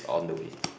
on the way